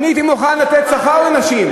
אני הייתי מוכן לתת שכר לנשים.